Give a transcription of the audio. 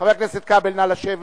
חבר הכנסת כבל, נא לשבת.